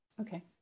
Okay